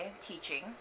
teaching